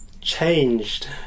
changed